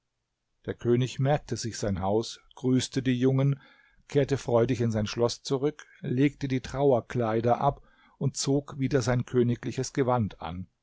der könig merkte sich sein haus grüßte die jungen kehrte freudig in sein schloß zurück legte die trauerkleider ab und zog wieder sein königliches gewand an